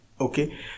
Okay